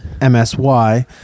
MSY